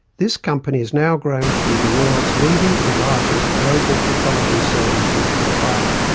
this company has now grown to be the world's leading and largest global pathology services provider.